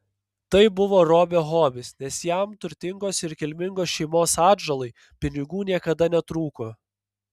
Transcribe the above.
tai buvo robio hobis nes jam turtingos ir kilmingos šeimos atžalai pinigų niekada netrūko